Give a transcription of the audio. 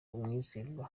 umwizerwa